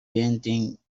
painting